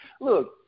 Look